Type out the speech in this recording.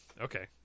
Okay